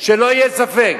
שלא יהיה ספק.